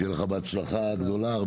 שתהיה לך בהצלחה גדולה,